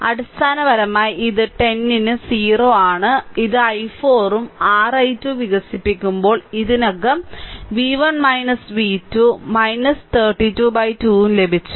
അടിസ്ഥാനപരമായി ഇത് 10 ന് 0 ആണ് ഇത് i4 ഉം r i2 വികസിപ്പിക്കുമ്പോൾ ഇതിനകം v1 v2 322 ഉം ലഭിച്ചു